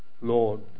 Lord